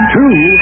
Two